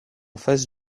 face